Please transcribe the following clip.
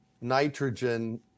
nitrogen